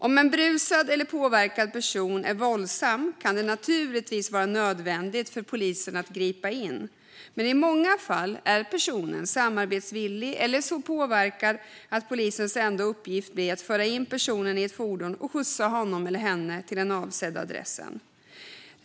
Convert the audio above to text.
Om en berusad eller påverkad person är våldsam kan det naturligtvis vara nödvändigt för polis att gripa in, men i många fall är personen samarbetsvillig eller så påverkad att polisens enda uppgift blir att föra in personen i ett fordon och skjutsa honom eller henne till den avsedda adressen.